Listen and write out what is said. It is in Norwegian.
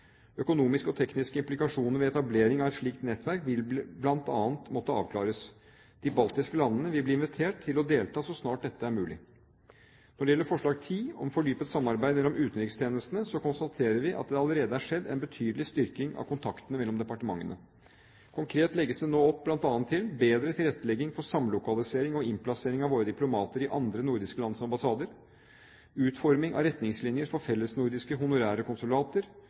Økonomiske og tekniske implikasjoner ved etablering av et slikt nettverk vil bl.a. måtte avklares. De baltiske landene vil bli invitert til å delta så snart dette er mulig. Når det gjelder forslag 10, om fordypet samarbeid mellom utenrikstjenestene, så konstaterer vi at det allerede er skjedd en betydelig styrking av kontaktene mellom departementene. Konkret legges det nå opp bl.a. til: bedre tilrettelegging for samlokalisering og innplassering av våre diplomater i andre nordiske lands ambassader, utforming av retningslinjer for fellesnordiske honorære konsulater,